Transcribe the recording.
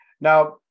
Now